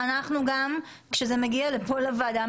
כשזה מגיע פה לוועדה,